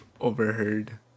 overheard